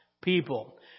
people